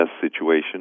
situation